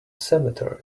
cemetery